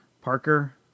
Parker